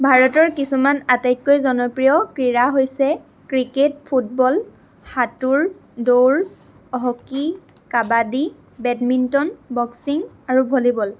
ভাৰতৰ কিছুমান আটাইতকৈ জনপ্ৰিয় ক্ৰীড়া হৈছে ক্ৰিকেট ফুটবল সাতোঁৰ দৌৰ হকী কাবাডী বেডমিন্টন বক্সিং আৰু ভলীবল